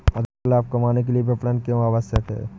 अधिक लाभ कमाने के लिए विपणन क्यो आवश्यक है?